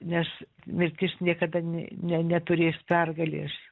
nes mirtis niekada ne ne neturės pergalės